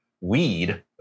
weed